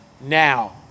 now